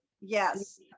Yes